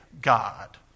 God